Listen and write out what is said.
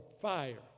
fire